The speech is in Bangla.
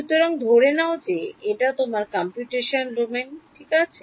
সুতরাং ধরে নাও যে এটা তোমার computational domain ঠিক আছে